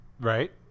Right